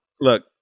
look